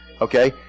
Okay